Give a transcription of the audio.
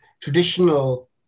traditional